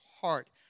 heart